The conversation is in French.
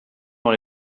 dans